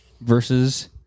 versus